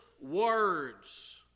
words